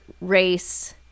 race